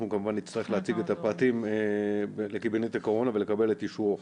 אנחנו כמובן נצטרך להציג את הפרטים לקבינט הקורונה ולקבל את אישורו.